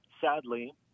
sadly